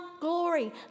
glory